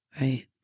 Right